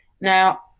Now